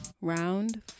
Round